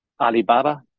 Alibaba